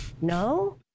No